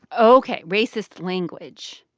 ok racist language.